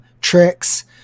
Tricks